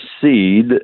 seed